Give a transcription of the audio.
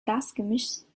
gasgemischs